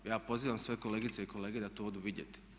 Ja pozivam sve kolegice i kolege da to odu vidjeti.